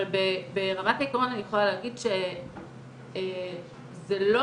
אבל ברמת העיקרון אני יכולה להגיד שזה לא